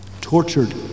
tortured